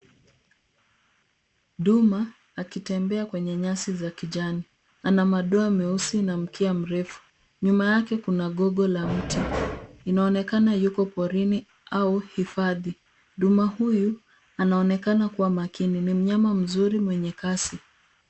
Duma akitembea kwenye nyasi za kijani. Ana madoa meusi na mkia mrefu. Nyuma yake kuna gogo la mti. Inaonekana yuko porini au hifadhi. Duma huyu anaonekana kuwa makini. Ni mnyama mzuri mwenye kasi.